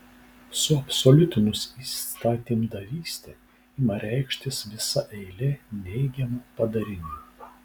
suabsoliutinus įstatymdavystę ima reikštis visa eilė neigiamų padarinių